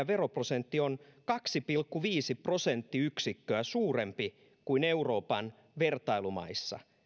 veroprosentti on kaksi pilkku viisi prosenttiyksikköä suurempi kuin euroopan vertailumaissa